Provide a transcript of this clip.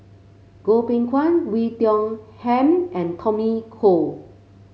Goh Beng Kwan Oei Tiong Ham and Tommy Koh